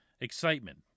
excitement